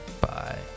bye